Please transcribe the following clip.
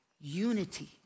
unity